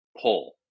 pull